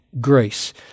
grace